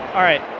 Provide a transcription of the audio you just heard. all right,